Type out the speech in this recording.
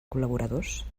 col·laboradors